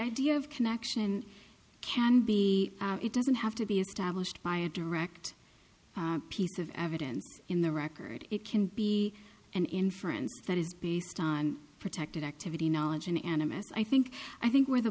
idea of connection can be it doesn't have to be established by a direct piece of evidence in the record it can be an inference that is based on protected activity knowledge an animist i think i think where the